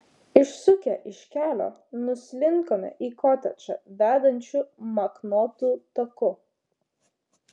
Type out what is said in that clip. išsukę iš kelio nuslinkome į kotedžą vedančiu maknotu taku